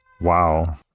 Wow